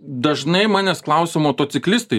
dažnai manęs klausia motociklistai